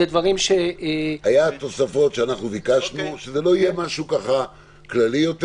היו תוספות שאנחנו ביקשנו כדי שזה לא יהיה משהו כללי יותר